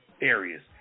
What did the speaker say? areas